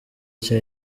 cya